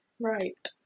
Right